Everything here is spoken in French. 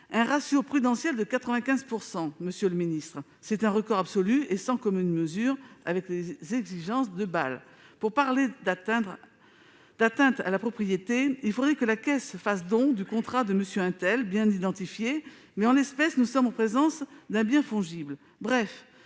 un prudentiel de 95 %. C'est un record absolu et sans commune mesure avec les exigences de Bâle. Pour parler d'atteinte à la propriété, il faudrait que la Caisse fasse don du contrat d'un individu bien identifié. Mais, en l'espèce, nous sommes en présence d'un bien fongible.